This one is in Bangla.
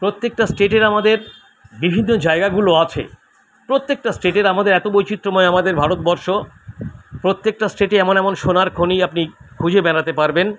প্রত্যেকটা স্টেটের আমাদের বিবিধ জায়গাগুলো আছে প্রত্যেকটা স্টেটের আমাদের এতো বৈচিত্র্যময় আমাদের ভারতবর্ষ প্রত্যেকটা স্টেটে এমন এমন সোনারে খনি আপনি খুঁজে বেড়াতে পারবেন